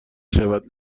شود